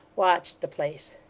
watched the place.